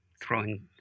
throwing